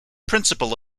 principal